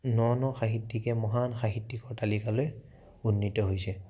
ন ন সাহিত্যিকে মহান সাহিত্যিকতালৈ উন্নীত হৈছে